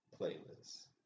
playlist